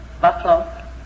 buffalo